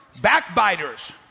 Backbiters